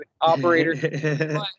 operator